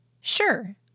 Sure